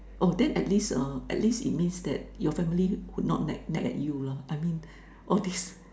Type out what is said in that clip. oh then at least uh at least it means that your family would not nag nag at you lah I mean all this